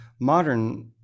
modern